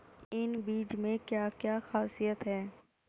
इन बीज में क्या क्या ख़ासियत है?